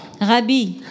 Rabbi